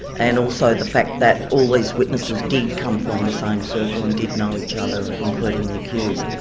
and also the fact that all these witnesses did come from the same circle and did know each other, including the accused.